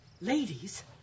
ladies